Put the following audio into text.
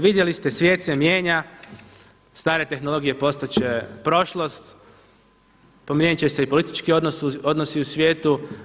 Vidjeli ste svijet se mijenja, stare tehnologije postat će prošlost, promijenit će se i politički odnosi u svijetu.